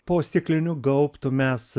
po stikliniu gaubtu mes